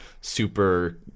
super